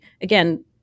again